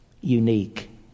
unique